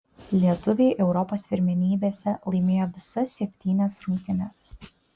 lietuviai europos pirmenybėse laimėjo visas septynerias rungtynes